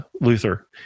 Luther